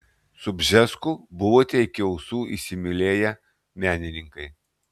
su bžesku buvote iki ausų įsimylėję menininkai